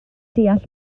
deall